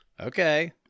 okay